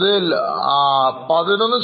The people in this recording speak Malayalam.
അതിൽ 0